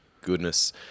goodness